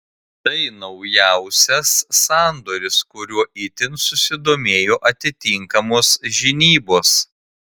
tai naujausias sandoris kuriuo itin susidomėjo atitinkamos žinybos